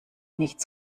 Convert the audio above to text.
nichts